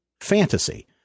fantasy